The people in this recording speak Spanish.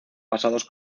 pasados